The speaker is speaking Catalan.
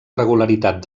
regularitat